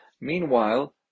Meanwhile